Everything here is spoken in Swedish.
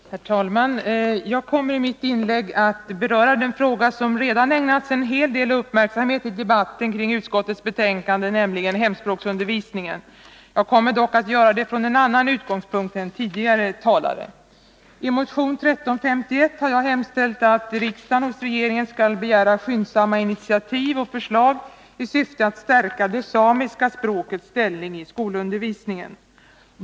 Herr talman! Jag kommer i mitt inlägg att beröra den fråga som redan har ägnats en hel del uppmärksamhet i debatten kring utskottets betänkande, nämligen hemspråksundervisningen. Jag kommer dock att göra det från en annan utgångspunkt än tidigare talare. I motion 1351 har jag hemställt att riksdagen skall begära att regeringen skyndsamt tar initiativ och lägger fram förslag i syfte att stärka det samiska språkets ställning i skolundervisningen.